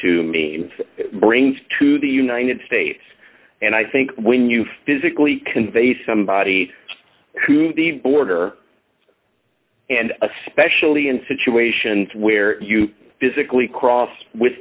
to me and brings to the united states and i think when you physically convey somebody to the border and especially in situations where you physically cross with